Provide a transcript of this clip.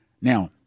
Now